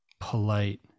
polite